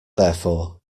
therefore